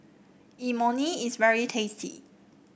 Imoni is very tasty